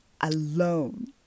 alone